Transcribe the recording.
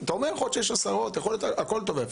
אתה אומר שיכול להיות שיש עשרות, הכול טוב ויפה.